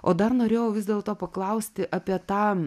o dar norėjau vis dėlto paklausti apie tą